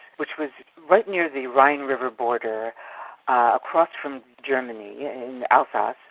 which was right near the rhine river border across from germany in alsace.